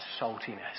saltiness